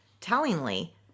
Tellingly